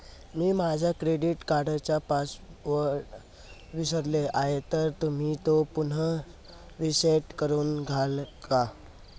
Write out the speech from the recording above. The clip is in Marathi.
मी माझा क्रेडिट कार्डचा पासवर्ड विसरलो आहे तर तुम्ही तो पुन्हा रीसेट करून द्याल का?